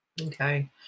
Okay